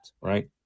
Right